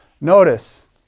Notice